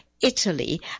Italy